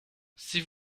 sie